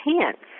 pants